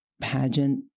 pageant